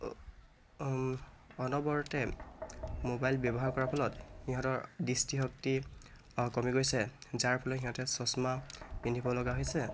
অনবৰতে মোবাইল ব্যৱহাৰ কৰাৰ ফলত সিহঁতৰ দৃষ্টি শক্তি কমি গৈছে যাৰ ফলত সিহঁতে চছমা পিন্ধিব লগা হৈছে